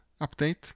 update